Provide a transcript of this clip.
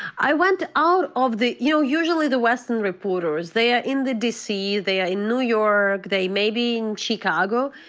i went out of the, you, usually the western reporters, they are in the d. c, they are in new york, they may be in chicago.